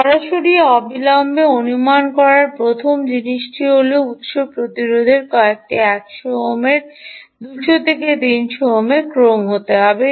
সরাসরি অবিলম্বে অনুমান করার প্রথম জিনিসটি হল উত্স প্রতিরোধের কয়েকটি 100 ওহমের 200 থেকে 300 ওহমের ক্রম হতে হবে